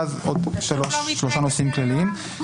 ואז עוד שלושה נושאים כלליים.